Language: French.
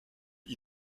île